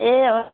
ए